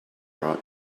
brought